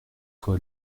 faut